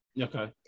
Okay